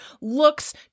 looks